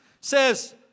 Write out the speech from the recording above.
says